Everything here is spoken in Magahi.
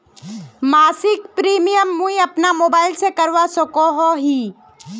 मासिक प्रीमियम मुई अपना मोबाईल से करवा सकोहो ही?